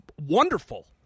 wonderful